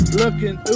looking